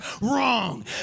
wrong